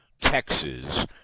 texas